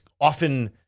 often